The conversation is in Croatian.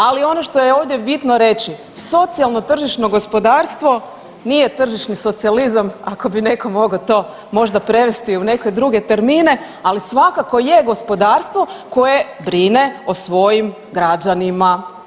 Ali ono što je ovdje bitno reći socijalno tržišno gospodarstvo nije tržišni socijalizam ako bi neko mogao to možda prevesti u neke druge termine, ali svakako je gospodarstvo koje brine o svojim građanima.